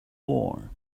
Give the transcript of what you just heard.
war